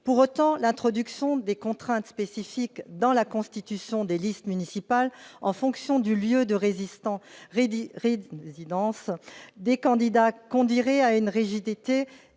Pour autant, l'introduction de contraintes spécifiques dans la constitution des listes municipales en fonction du lieu de résidence des candidats conduirait à une rigidité